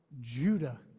Judah